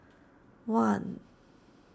one